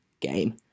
game